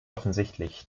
offensichtlich